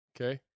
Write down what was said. Okay